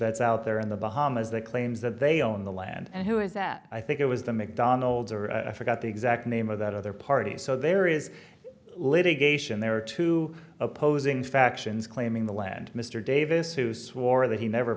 that's out there in the bahamas that claims that they own the land and who is that i think it was the mcdonald's or i forgot the exact name of that other parties so there is litigation there are two opposing factions claiming the land mr davis who swore that he never